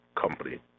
company